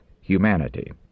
humanity